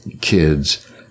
kids